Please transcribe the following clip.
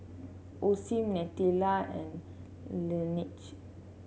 Osim Nutella and Laneige